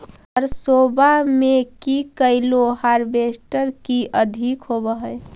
सरसोबा मे की कैलो हारबेसटर की अधिक होब है?